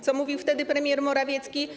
Co mówił wtedy premier Morawiecki?